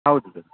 ಹೌದು ಸರ್